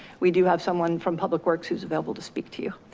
we do have someone from public works who's available to speak to you.